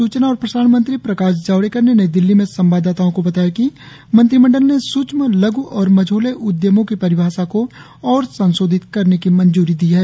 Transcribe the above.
सूचना और प्रसारण मंत्री प्रकाश जावड़ेकर ने नई दिल्ली में सवाददाताओं को बताया कि मंत्रिमंडल ने सूक्ष्म लघ् और मझौले उद्यमों की परिभाषा को और संशोधित करने की मंजूरी दी है